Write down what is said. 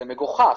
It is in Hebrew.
זה מגוחך,